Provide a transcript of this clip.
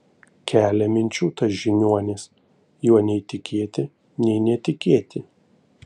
kelia minčių tas žiniuonis juo nei tikėti nei netikėti